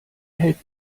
hält